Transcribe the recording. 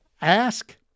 Ask